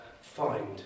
find